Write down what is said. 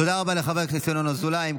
תודה רבה לחבר הכנסת ינון אזולאי.